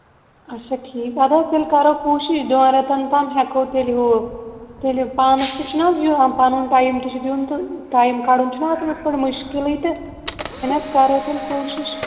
اَچھا ٹھیٖک اَدٕ حظ تیٚلہِ کرو کوٗشِش دۅن ریٚتن تام ہیٚکو تیٚلہِ ہُہ تُلِو پانَس تہِ چھُناہ حظ یِوان پَنُن ٹایم تہِ چھُ دیُن تہٕ ٹایم کَڈُن چھُناہ وۅنۍ پَتہٕ مُشکِلٕے تہٕ تیٚلہِ حظ کرو تیٚلہِ کوٗشِش